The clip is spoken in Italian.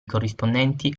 corrispondenti